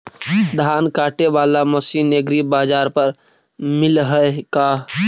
धान काटे बाला मशीन एग्रीबाजार पर मिल है का?